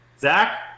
Zach